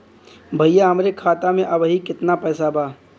भईया हमरे खाता में अबहीं केतना पैसा बा?